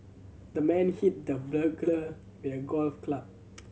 the man hit the burglar with a golf club